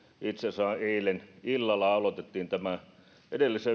nyt itse asiassa eilen illalla aloitettu ja edellisen